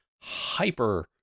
hyper